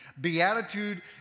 Beatitude